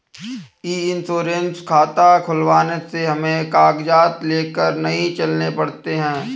ई insurance खाता खुलवाने से हमें कागजात लेकर नहीं चलने पड़ते